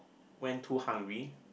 went too hungry